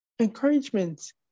Encouragement